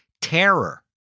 terror